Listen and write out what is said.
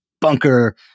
bunker